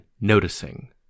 noticing